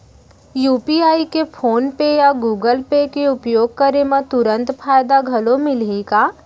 UPI के PhonePe या Google Pay के उपयोग करे म तुरंत फायदा घलो मिलही का?